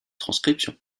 transcription